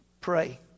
pray